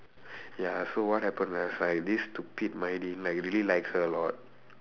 ya so what happened last right this stupid like really like her a lot